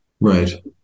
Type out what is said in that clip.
Right